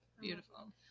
Beautiful